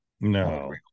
no